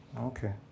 Okay